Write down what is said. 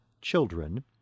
Children